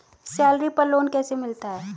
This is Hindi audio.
सैलरी पर लोन कैसे मिलता है?